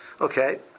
okay